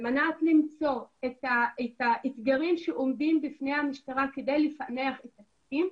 על מנת למצוא את האתגרים שעומדים בפני המשטרה כדי לפענח את התיקים,